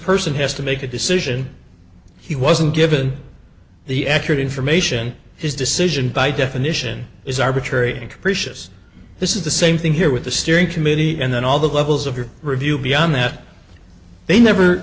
person has to make a decision he wasn't given the accurate information his decision by definition is arbitrary and capricious this is the same thing here with the steering committee and then all the levels of your review beyond that they never